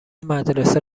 مدرسه